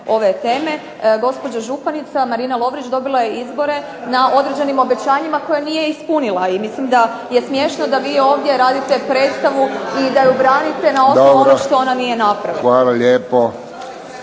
ove teme, gospođa županica Marina Lovrić dobila je izbore na određenim obećanjima koje nije ispunila. I mislim da je smiješno da vi ovdje radite predstavu i da ju branite na osnovu onog što ona nije napravila. **Friščić,